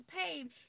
paved